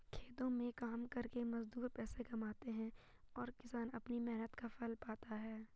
खेतों में काम करके मजदूर पैसे कमाते हैं और किसान अपनी मेहनत का फल पाता है